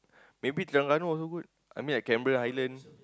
maybe Terengganu also good I mean like Cameron-Highland